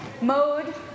mode